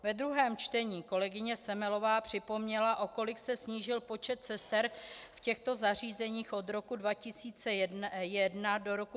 V druhém čtení kolegyně Semelová připomněla, o kolik se snížil počet sester v těchto zařízeních od roku 2001 do roku 2013.